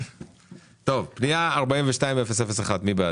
טוב, פנייה 42-001, מי בעד?